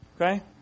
Okay